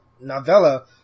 novella